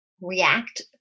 react